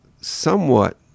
somewhat